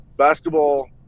Basketball